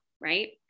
Right